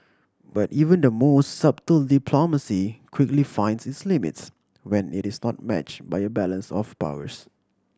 but even the most subtle diplomacy quickly finds its limits when it is not match by a balance of powers